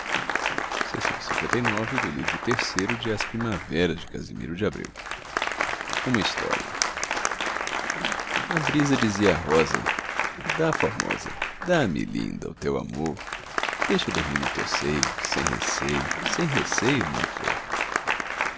e o do livro e de as aves de casimiro de abreu ma história brisa dizia à rosa dá formosa dá-me linda o teu amor deixa eu dormir no teu seio sem receio sem receio minha flor